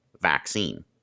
vaccine